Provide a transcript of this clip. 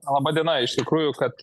laba diena iš tikrųjų kad